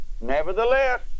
Nevertheless